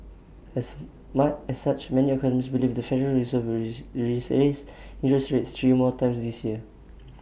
as such many economists believe the federal reserve will raise interest rates three more times this year